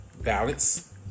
balance